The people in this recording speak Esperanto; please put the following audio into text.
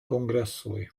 kongresoj